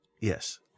Yes